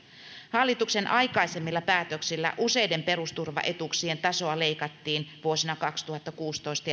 hallituksen aikaisemmilla päätöksillä useiden perusturvaetuuksien tasoa leikattiin vuosina kaksituhattakuusitoista